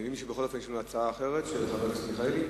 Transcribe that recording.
נדמה לי שיש הצעה אחרת של חבר הכנסת מיכאלי.